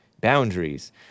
Boundaries